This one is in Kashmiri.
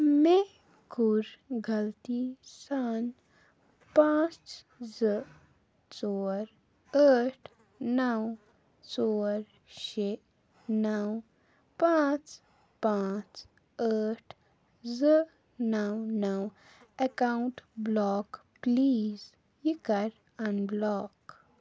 مےٚ کوٚر غلطی سان پانٛژھ زٕ ژور ٲٹھ نَو ژور شےٚ نَو پانٛژھ پانٛژھ ٲٹھ زٕ نَو نَو اٮ۪کاوُنٛٹ بٕلاک پٕلیٖز یہِ کَر اَن بٕلاک